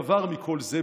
דבר מכל זה.